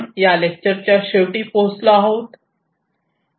आपण पण लेक्चर च्या शेवटी पोहोचलो आहोत